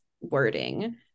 wording